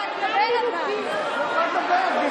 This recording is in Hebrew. אני רוצה לדבר, אבל.